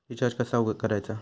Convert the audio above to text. Recharge कसा करायचा?